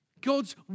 God's